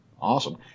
Awesome